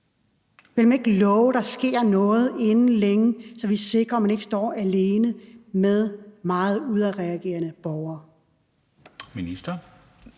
vil ikke love, at der sker noget inden længe, så vi sikrer, at medarbejdere ikke står alene med meget udadreagerende borgere.